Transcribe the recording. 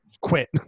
quit